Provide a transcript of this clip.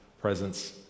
presence